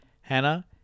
Hannah